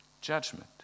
judgment